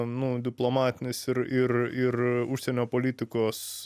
nu diplomatinis ir ir ir užsienio politikos